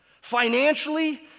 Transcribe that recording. financially